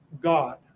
God